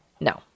No